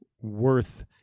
worth